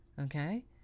Okay